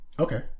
Okay